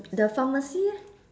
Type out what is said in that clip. the pharmacy eh